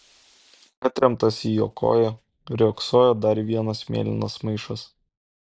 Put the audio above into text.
atremtas į jo koją riogsojo dar vienas mėlynas maišas